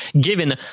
given